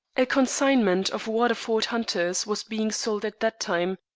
a consignment of waterford hunters was being sold at the time,